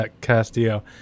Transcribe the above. Castillo